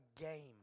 game